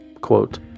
Quote